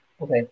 Okay